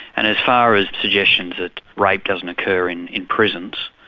and as far as suggestions that rape doesn't occur and in prisons,